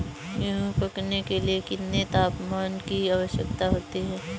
गेहूँ पकने के लिए कितने तापमान की आवश्यकता होती है?